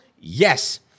yes